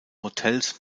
hotels